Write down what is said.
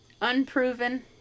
unproven